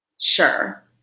sure